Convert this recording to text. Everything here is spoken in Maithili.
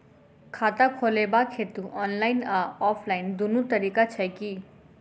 खाता खोलेबाक हेतु ऑनलाइन आ ऑफलाइन दुनू तरीका छै की?